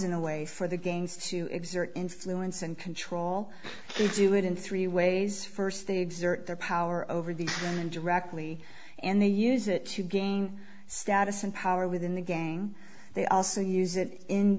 in a way for the games to exert influence and control to do it in three ways first they exert their power over the directly and they use it to gain status and power within the gang they also use